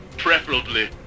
Preferably